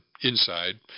inside